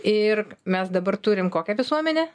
ir mes dabar turim kokią visuomenę